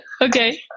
Okay